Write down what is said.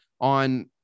on